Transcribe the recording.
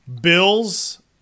Bills